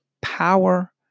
power